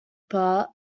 part